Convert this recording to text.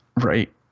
Right